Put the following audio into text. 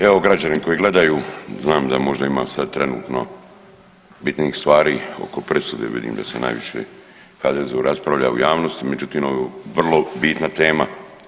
Evo građani koji gledaju znam da možda ima sad trenutno bitnijih stvari oko presude vidim da se najviše HDZ-u raspravlja u javnosti, međutim ovo je vrlo bitna teme.